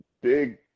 big